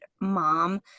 mom